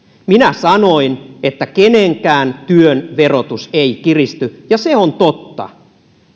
minä sanoin että kenenkään työn verotus ei kiristy ja se on totta